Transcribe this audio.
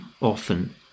often